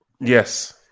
Yes